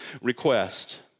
request